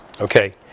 Okay